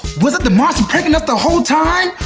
was that the monster pranking us the whole time?